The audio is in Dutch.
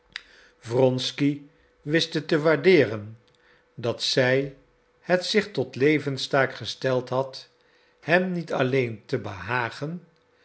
wronsky wist het te waardeeren dat zij het zich tot levenstaak gesteld had hem niet alleen te behagen